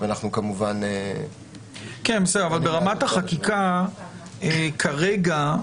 ברמת החקיקה כרגע,